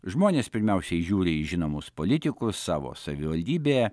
žmonės pirmiausiai žiūri į žinomus politikus savo savivaldybėje